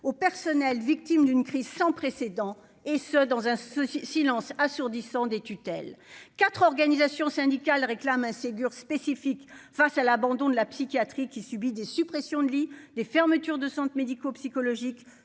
au personnel, victime d'une crise sans précédent, et ce dans un souci silence assourdissant des tutelles, 4 organisations syndicales réclament un Ségur spécifique face à l'abandon de la psychiatrie, qui subit des suppressions de lits, des fermetures de centres médico-psychologiques